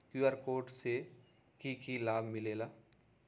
QR code से कि कि लाव मिलेला?